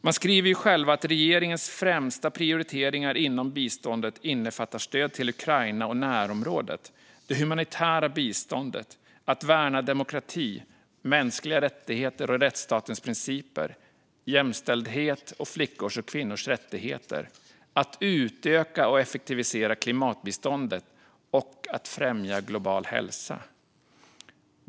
Man skriver ju själv att regeringens främsta prioriteringar inom biståndet innefattar stöd till Ukraina och närområdet, det humanitära biståndet, att värna demokrati, mänskliga rättigheter och rättsstatens principer, jämställdhet och flickors och kvinnors rättigheter, att utöka och effektivisera klimatbiståndet samt att främja global hälsa.